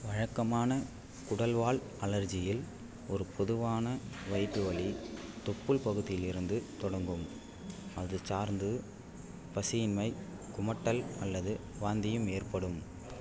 வழக்கமான குடல்வால் அழற்சியில் ஒரு பொதுவான வயிற்று வலி தொப்புள் பகுதியிலிருந்து தொடங்கும் அதுசார்ந்து பசியின்மை குமட்டல் அல்லது வாந்தியும் ஏற்படும்